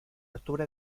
octubre